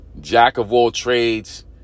jack-of-all-trades